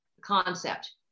concept